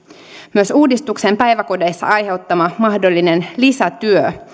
myös uudistuksen päiväkodeissa aiheuttama mahdollinen lisätyö